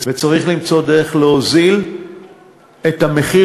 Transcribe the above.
וצריך למצוא דרך להוזיל את המחיר